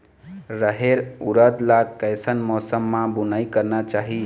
रहेर उरद ला कैसन मौसम मा बुनई करना चाही?